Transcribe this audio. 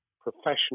professional